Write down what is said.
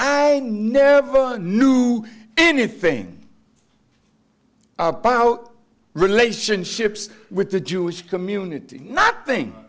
i never knew anything about relationships with the jewish community not thing